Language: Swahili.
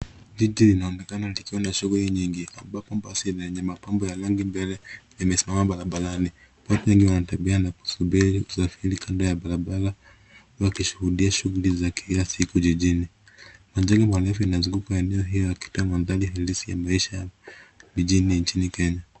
Jiji linaonekana likiwa na shughuli nyingi ambapo basi yenye mapambo ya rangi mbele limesimama barabarani. Watu wengi wanatembea na kusubiri usafiri kando ya barabara wakishuhudia shughuli za kila siku jijini. Majengo marefu inazunguka eneo hili ikitoa mandhari halisi ya maisha jijini na nchini Kenya.